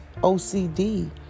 OCD